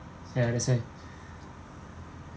ya that's why